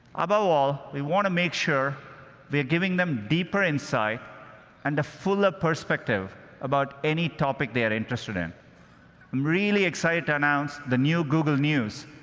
above all, we want to make sure we're giving them deeper insight and a fuller perspective about any topic they're interested in. i'm really excited to announce the new google news,